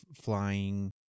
flying